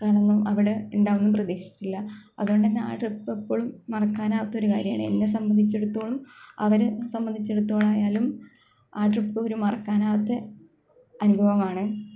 കാരണം അവിടെ ഉണ്ടാവും എന്ന് പ്രതീക്ഷിച്ചില്ല അതുകൊണ്ട് തന്നെ ആ ട്രിപ്പ് ഇപ്പോളും മറക്കാനാവാത്ത ഒരു കാര്യമാണ് എന്നെ സംബന്ധിച്ചിടത്തോളം അവരെ സംബന്ധിച്ചിടത്തോളം ആയാലും ആ ട്രിപ്പ് ഒരു മറക്കാനാവാത്ത അനുഭവമാണ്